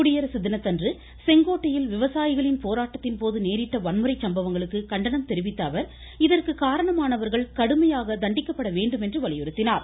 குடியரசு தினத்தன்று செங்கோட்டையில் விவசாயிகளின் போராட்டத்தின் போது நேரிட்ட வன்முறை சம்பவங்களுக்கு கண்டனம் தெரிவித்த அவர் இதற்கு காரணமானவர்கள் கடுமையாக தண்டிக்கப்பட வேண்டுமென்று வலியுறுத்தினார்